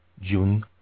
June